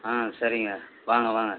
ஆ சரிங்க வாங்க வாங்க